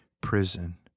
prison